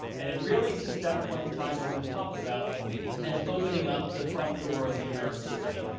and it really, since that point in time, has been talked about as opening up the front door of the american dream.